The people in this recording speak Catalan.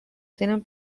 tenen